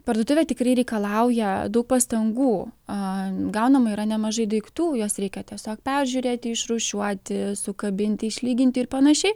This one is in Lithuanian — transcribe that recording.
parduotuvė tikrai reikalauja daug pastangų gaunama yra nemažai daiktų juos reikia tiesiog peržiūrėti išrūšiuoti sukabinti išlyginti ir panašiai